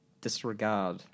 disregard